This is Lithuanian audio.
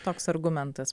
toks argumentas